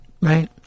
Right